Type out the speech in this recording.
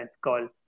call